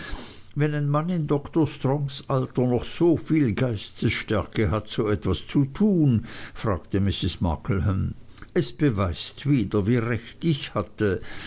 wenn ein mann in dr strongs alter noch soviel geistesstärke hat so etwas zu tun fragte mrs markleham es beweist wieder wie recht ich hatte